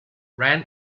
ran